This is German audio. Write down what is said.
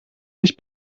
mich